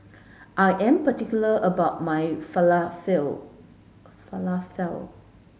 I am particular about my Falafel